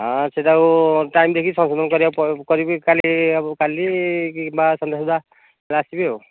ହଁ ସେହିଟାକୁ ଟାଇମ୍ ଦେଖିକି ସଂଶୋଧନ କରିବାକୁ କରିବି କାଲି କାଲି କିମ୍ବା ସନ୍ଧ୍ୟା ସୁଦ୍ଧା ଆସିବି ଆଉ